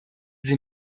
sie